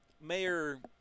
Mayor